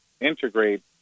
integrate